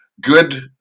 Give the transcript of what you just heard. good